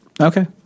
Okay